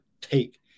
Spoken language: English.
take